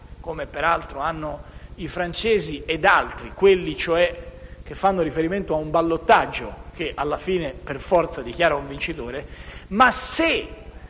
come peraltro hanno i francesi e quelli che fanno riferimento a un ballottaggio che, alla fine, per forza dichiara un vincitore.